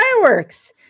fireworks